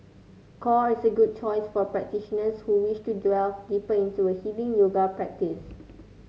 core is a good choice for practitioners who wish to delve deeper into a healing yoga practice